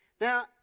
Now